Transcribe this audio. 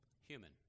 human